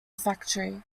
factory